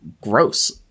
gross